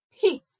peace